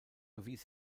erwies